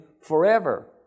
forever